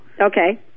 Okay